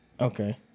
Okay